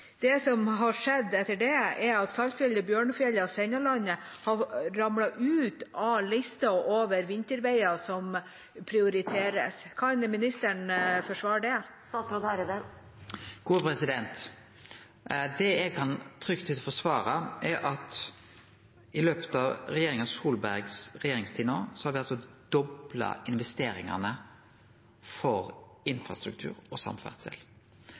det som har skjedd etter det, er at Saltfjellet, Bjørnfjell og Sennalandet har ramlet ut av lista over vinterveier som prioriteres. Kan ministeren forsvare det? Det eg trygt kan forsvare, er at i løpet av regjeringa Solbergs regjeringstid har me dobla investeringane til infrastruktur og samferdsel.